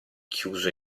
chiuso